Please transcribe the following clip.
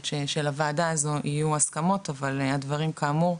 במחלוקת יהיו הסכמות אבל הדברים, כאמור,